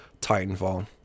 titanfall